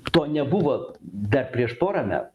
to nebuvo dar prieš porą me